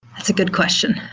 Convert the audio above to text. that's a good question.